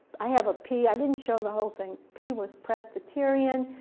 i have a p i didn't show the whole thing p was presbyterian.